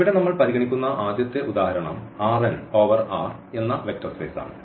ഇവിടെ നമ്മൾ പരിഗണിക്കുന്ന ആദ്യത്തെ ഉദാഹരണം ഓവർ R എന്ന വെക്റ്റർ സ്പേസ് ആണ്